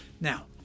now